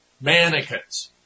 mannequins